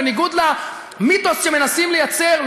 בניגוד למיתוס שמנסים לייצר,